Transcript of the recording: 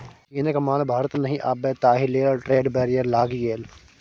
चीनक माल भारत नहि आबय ताहि लेल ट्रेड बैरियर लागि गेल